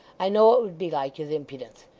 i know it would be like his impudence.